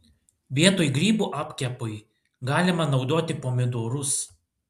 vietoj grybų apkepui galima naudoti pomidorus